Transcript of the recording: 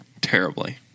terribly